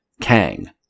Kang